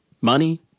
money